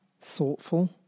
thoughtful